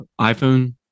iPhone